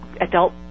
adult